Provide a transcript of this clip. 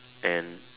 and